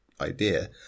idea